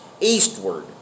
eastward